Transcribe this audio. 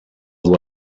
dur